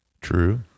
True